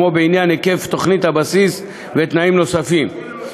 כמו בעניין היקף תוכנית הבסיס ותנאים נוספים,